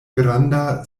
granda